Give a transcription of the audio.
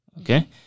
Okay